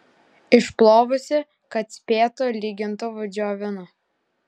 išplovusi kad spėtų lygintuvu džiovina